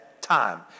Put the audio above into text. time